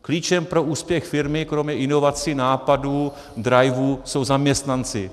Klíčem pro úspěch firmy kromě inovací, nápadů, drajvů, jsou zaměstnanci.